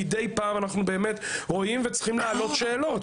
מידי פעם אנחנו רואים וצריכים להעלות שאלות